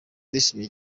ndishimye